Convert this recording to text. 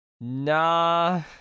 nah